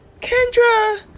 Kendra